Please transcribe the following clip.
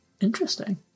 Interesting